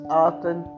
often